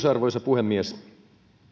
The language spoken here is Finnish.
arvoisa puhemies